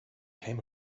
came